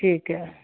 ਠੀਕ ਹੈ